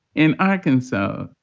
in arkansas,